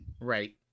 right